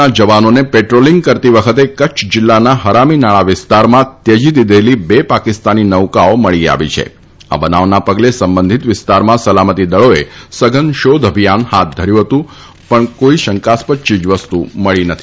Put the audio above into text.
ના જવાનોને પેટ્રોલીંગ કરતી વખતે કચ્છ જિલ્લાના હરામી નાળા વિસ્તારમાં ત્યજી દીધેલી બે પાકિસ્તાની નૌકાઓ મળી આવી છિં આ બનાવના પગલે સંબંધીત વિસ્તારમાં સલામતી દળોએ સઘન શોધ અભિયાન હાથ ધર્યું હતું પણ કોઇ શંકાસ્પદ ચીજવસ્તુ મળી નથી